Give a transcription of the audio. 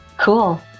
Cool